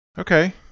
okay